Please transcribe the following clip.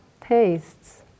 tastes